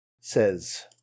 says